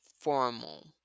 formal